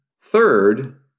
Third